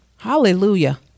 Hallelujah